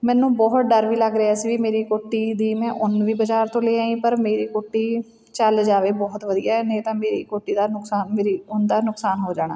ਮੈਨੂੰ ਬਹੁਤ ਡਰ ਵੀ ਲੱਗ ਰਿਹਾ ਸੀ ਵੀ ਮੇਰੀ ਕੋਟੀ ਦੀ ਮੈਂ ਉਨ ਵੀ ਬਜ਼ਾਰ ਤੋਂ ਲੈ ਆਈ ਪਰ ਮੇਰੀ ਕੋਟੀ ਚੱਲ ਜਾਵੇ ਬਹੁਤ ਵਧੀਆ ਨਹੀਂ ਤਾਂ ਮੇਰੀ ਕੋਟੀ ਦਾ ਨੁਕਸਾਨ ਮੇਰੀ ਉਨ ਦਾ ਨੁਕਸਾਨ ਹੋ ਜਾਣਾ